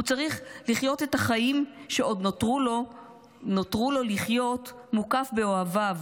הוא צריך לחיות את החיים שעוד נותרו לו לחיות מוקף באוהביו,